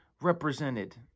represented